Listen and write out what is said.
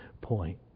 point